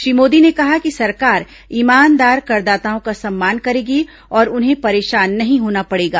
श्री मोदी ने कहा कि सरकार ईमानदार करदाताओं का सम्मान करेगी और उन्हें परेशान नहीं होना पड़ेगा